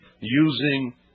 using